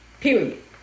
Period